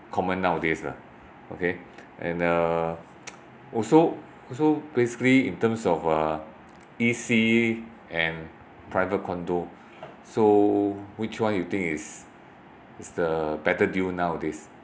common nowadays lah okay and uh also also basically in terms of uh E_C and private condo so which one you think is is the better deal nowadays